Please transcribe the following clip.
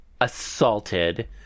assaulted